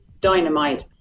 dynamite